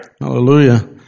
Hallelujah